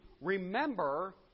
remember